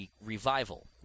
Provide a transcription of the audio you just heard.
revival